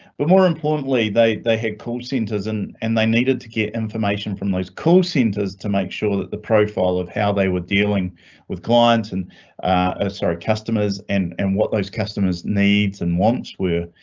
but more importantly, they they had called centers and. and they needed to get information from those call centers to make sure that the profile of how they were dealing with clients and ah sorry customers and and what those customers needs and wants were.